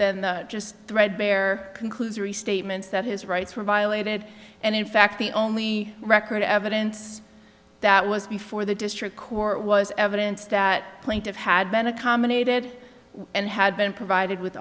than just threadbare conclusory statements that his rights were violated and in fact the only record of evidence that was before the district court was evidence that plaintive had been accommodated and had been provided with